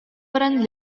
баран